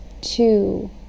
two